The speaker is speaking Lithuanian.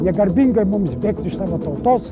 negarbingai mums bėgti iš savo tautos